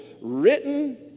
written